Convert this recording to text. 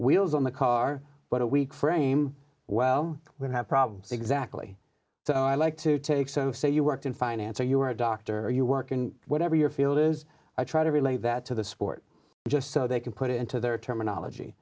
wheels on the car but a weak frame well would have problems exactly so i like to take so say you worked in finance or you were a dog are you work in whatever your field is i try to relay that to the sport just so they can put into their terminology